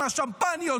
עם השמפניות,